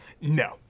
No